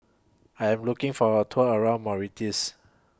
I Am looking For A Tour around Mauritius